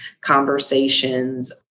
conversations